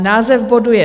Název bodu je